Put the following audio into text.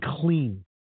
clean